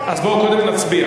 אז בואו קודם נצביע,